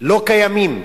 לא קיימים.